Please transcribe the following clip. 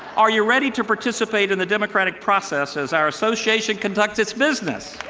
are you ready to participate in the democratic process as our association conducts its business?